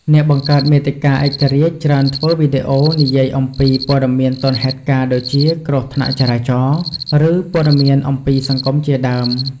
អ្នកបង្កើតមាតិកាឯករាជ្យច្រើនធ្វើវីដេអូនិយាយអំពីពត៌មានទាន់ហេតុការណ៍ដូចជាគ្រោះថ្នាក់ចរាចរណ៍ ឬ ព័ត៌មានអំពីសង្គមជាដើម។។